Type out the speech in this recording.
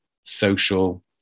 social